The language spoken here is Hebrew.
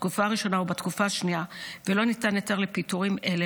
בתקופה הראשונה או בתקופה השנייה ולא ניתן היתר לפיטורים אלה,